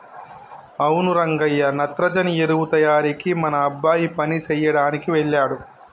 అవును రంగయ్య నత్రజని ఎరువు తయారీకి మన అబ్బాయి పని సెయ్యదనికి వెళ్ళాడు